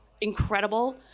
incredible